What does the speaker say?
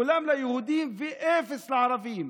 כולם ליהודים ואפס לערבים,